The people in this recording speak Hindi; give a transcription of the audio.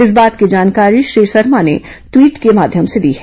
इस बात की जानकारी श्री शर्मा ने ट्वीट की माध्यम से दी है